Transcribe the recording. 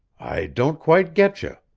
i don't quite getcha.